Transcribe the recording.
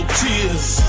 tears